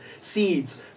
seeds